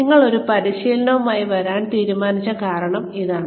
ഞങ്ങൾ ഒരു പരിശീലനവുമായി വരാൻ തീരുമാനിച്ച കാരണം ഇതാണ്